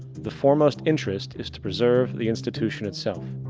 the foremost interest is to preserve the institution itself.